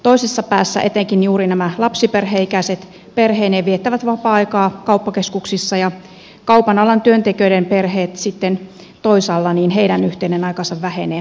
toisessa päässä etenkin juuri nämä lapsiperheikäiset perheineen viettävät vapaa aikaa kauppakeskuksissa ja sitten toisaalla kaupan alan työntekijöiden perheiden yhteinen aika vähenee